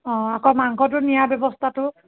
অঁ আকৌ মাংসটো নিয়াৰ ব্যৱস্থাটো